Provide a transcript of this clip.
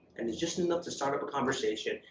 and it's just enough to start up a conversation,